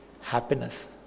happiness